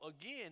again